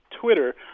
Twitter